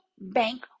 bank